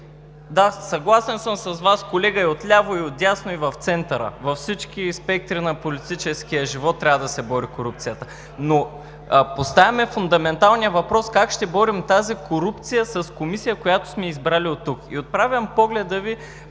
Съгласен съм с Вас, колеги отляво, отдясно и в центъра – във всички спектри на политическия живот трябва да се бори корупцията. Поставяме обаче фундаменталния въпрос: как ще борим тази корупция с Комисия, която сме избрали оттук. Отправям погледа Ви